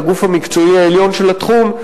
הגוף המקצועי העליון של התחום,